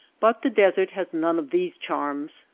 but the desert has none of these charms.